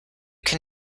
can